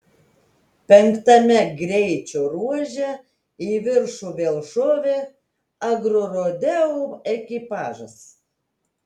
penktame greičio ruože į viršų vėl šovė agrorodeo ekipažas